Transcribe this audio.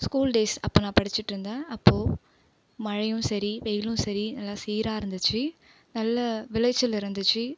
school days அப்போ நான் படித்திட்ருந்தேன் அப்போது மழையும் சரி வெயிலும் சரி நல்லா சீராக இருந்துச்சு நல்ல விளைச்சல் இருந்துச்சு